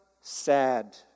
sad